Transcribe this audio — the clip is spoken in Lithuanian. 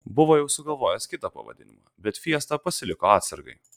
buvo jau sugalvojęs kitą pavadinimą bet fiestą pasiliko atsargai